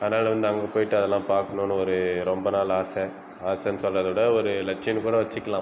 அதனால் வந்து அங்கே போயிட்டு அதெலாம் பார்க்கணுன்னு ஒரு ரொம்ப நாள் ஆசை ஆசைன்னு சொல்கிறத விட ஒரு லட்சியன்னு கூட வெச்சுக்கலாம்